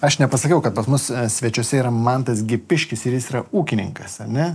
aš nepasakiau kad pas mus svečiuose yra mantas gipiškis ir jis yra ūkininkas ar ne